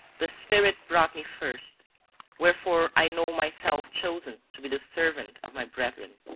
the spirit brought me first wherefore i know myself chosen to be the servant of my brethren.